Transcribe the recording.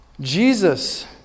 Jesus